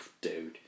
dude